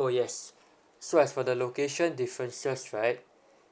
oh yes so as for the location differences right